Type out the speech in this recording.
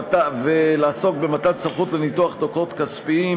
ולעסוק במתן סמכות לניתוח דוחות כספיים,